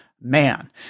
man